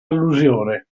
allusione